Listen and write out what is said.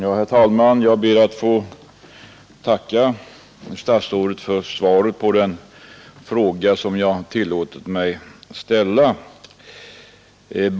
Herr talman! Jag ber att få tacka statsrådet för svaret på den fråga som jag tillåtit mig ställa.